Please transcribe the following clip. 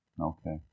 Okay